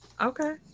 Okay